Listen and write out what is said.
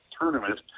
tournament